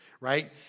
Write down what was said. right